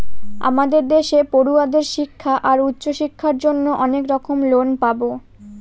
আমাদের দেশে পড়ুয়াদের শিক্ষা আর উচ্চশিক্ষার জন্য অনেক রকম লোন পাবো